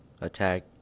attack